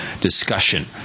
discussion